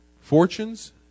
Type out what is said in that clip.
fortunes